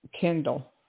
Kindle